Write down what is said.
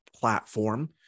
platform